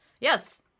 Yes